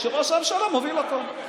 שראש הממשלה מוביל אותו,